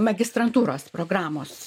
magistrantūros programos